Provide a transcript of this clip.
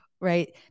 right